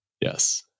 Yes